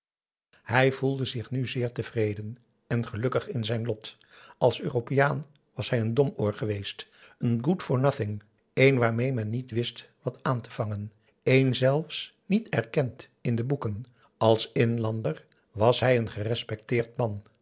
hij voelde zich nu zeer tevreden en gelukkig in zijn lot als europeaan was hij een domoor geweest een good for nothing een waarmee men niet wist wat aan te vangen een zelfs niet erkend in de boeken als inlander was hij een gerespecteerd man